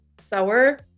sour